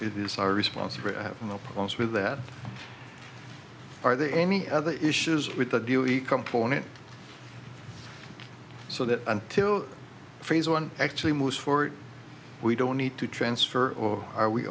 it is our responsibility i have no problems with that are there any other issues with the dewey component so that until phase one actually moves forward we don't need to transfer or are we